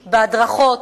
בהדרכות,